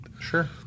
Sure